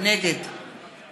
נגד